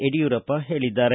ಯಡಿಯೂರಪ್ಪ ಹೇಳಿದ್ದಾರೆ